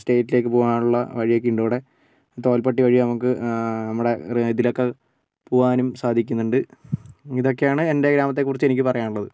സ്റ്റേറ്റിലേക്ക് പോകാനുള്ള വഴിയൊക്കെ ഉണ്ട് ഇവിടെ തോൽപ്പട്ടി വഴി നമുക്ക് നമ്മുടെ ഇതിലൊക്കെ പോവാനും സാധിക്കുന്നുണ്ട് ഇതൊക്കെയാണ് എൻ്റെ ഗ്രാമത്തെ കുറിച്ച് എനിക്ക് പറയാനുള്ളത്